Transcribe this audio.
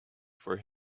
for